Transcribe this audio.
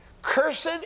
cursed